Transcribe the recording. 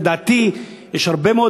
לדעתי, יש הרבה מאוד.